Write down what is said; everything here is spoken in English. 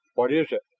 what is it?